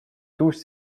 tous